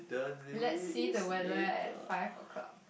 let's see the weather at five o-clock